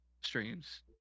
streams